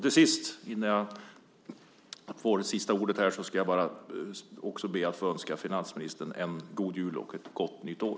Till sist innan jag säger sista ordet här ber jag att få önska finansministern en god jul och ett gott nytt år!